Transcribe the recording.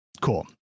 Cool